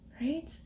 Right